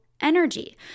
energy